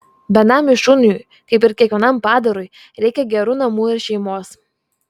benamiui šuniui kaip ir kiekvienam padarui reikia gerų namų ir šeimos